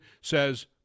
says